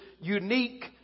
unique